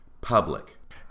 public